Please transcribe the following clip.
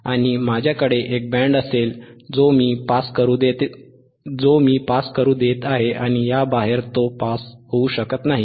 आणि माझ्याकडे एक बँड असेल जो मी पास करू देत आहे आणि या बाहेर तो पास होऊ शकत नाही